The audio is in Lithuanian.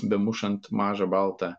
be mušant mažą baltą